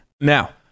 Now